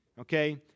okay